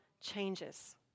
changes